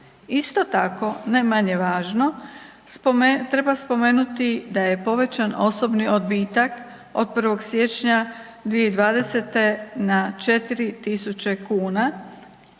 Isto tako, ne manje važno, treba spomenuti da je povećan osobni odbitak od 1. siječnja 2020. na 4.000 kuna